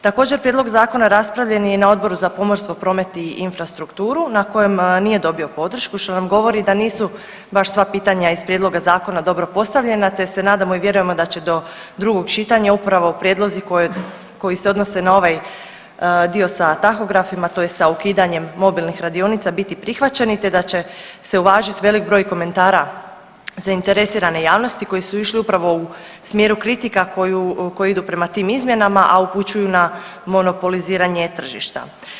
Također prijedlog zakona raspravljen je i na Odboru za pomorstvo, promet i infrastrukturu na kojem nije dobio podršku što nam govori da nisu baš sva pitanja iz prijedloga zakona dobro postavljena te se nadamo i vjerujemo da će do drugog čitanja upravo prijedlozi koji se odnosi na dio sa tahografima tj. sa ukidanjem mobilnih radionica biti prihvaćeni te da će se uvažiti veliki broj komentara zainteresirane javnosti koji su išli upravo u smjeru kritika koji idu prema tim izmjenama, a upućuju na monopoliziranje tržišta.